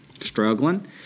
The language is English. struggling